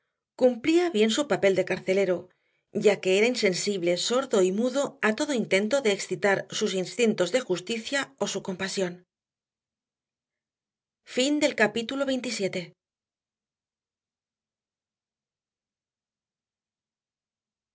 cumplía bien su papel de carcelero ya que era insensible sordo y mudo a todo intento de excitar sus instintos de justicia o su compasión capítulo